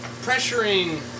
pressuring